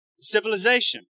civilization